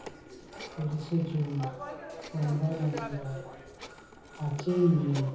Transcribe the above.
ᱛᱤᱨᱤᱥᱮ ᱡᱩᱱ ᱯᱚᱱᱨᱚᱭ ᱱᱚᱵᱷᱮᱢᱵᱚᱨ ᱯᱟᱸᱪᱮᱭ ᱢᱮ